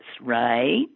right